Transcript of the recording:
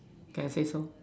then I say so